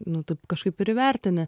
nu taip kažkaip ir įvertini